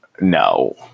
No